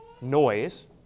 noise